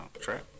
Trap